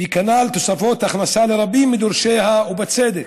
וכנ"ל תוספות הכנסה לרבים מדורשיה ובצדק,